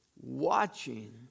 watching